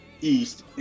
East